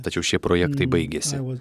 tačiau šie projektai baigėsi